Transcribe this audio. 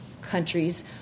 countries